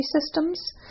systems